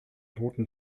toten